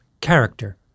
character